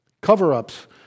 Cover-ups